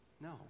No